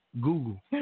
Google